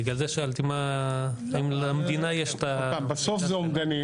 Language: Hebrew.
בגלל זה שאלתי האם למדינה יש --- בסוף זה אומדנים